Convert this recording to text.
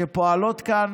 שפועלות כאן